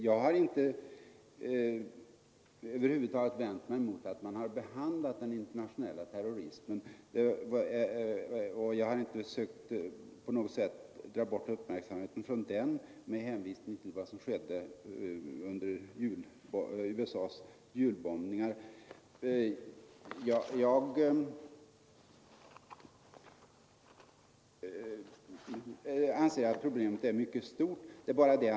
Jag har över huvud taget inte vänt mig emot att man behandlat den internationella terrorismen, och jag har inte på något sätt försökt dra bort uppmärksamheten från den med hänvisning till vad som skett under USA :s julbombningar. Problemet är utan tvekan allvarligt.